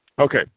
Okay